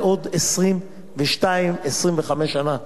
לעוד 22 25 שנה.